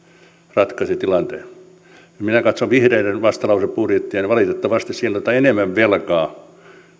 ratkaisee tilanteen minä katsoin vihreiden vastalausebudjettia ja valitettavasti siellä otetaan enemmän velkaa kuin